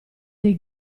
dei